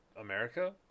america